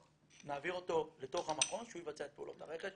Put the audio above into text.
נעביר אותו לתוך המכון שהוא יבצע את פעולות הרכש.